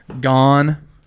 gone